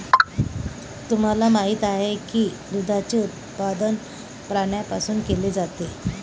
तुम्हाला माहित आहे का की दुधाचे उत्पादन प्राण्यांपासून केले जाते?